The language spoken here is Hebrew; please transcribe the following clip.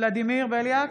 ולדימיר בליאק,